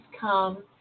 come